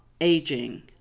aging